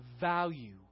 value